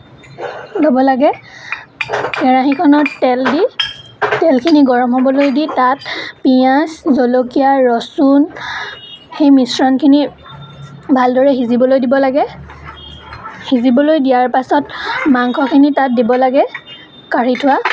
ল'ব লাগে কেৰাহীখনত তেল দি তেলখিনি গৰম হ'বলৈ দি তাত পিঁয়াজ জলকীয়া ৰচুন সেই মিশ্ৰণখিনি ভালদৰে সিজিবলৈ দিব লাগে সিজিবলৈ দিয়াৰ পাছত মাংসখিনি তাত দিব লাগে কাঢ়ি থোৱা